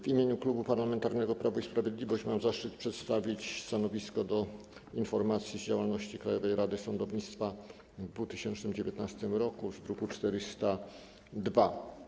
W imieniu Klubu Parlamentarnego Prawo i Sprawiedliwość mam zaszczyt przedstawić stanowisko odnośnie do informacji z działalności Krajowej Rady Sądownictwa w 2019 r., druk nr 402.